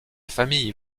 famille